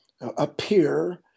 appear